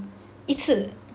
一次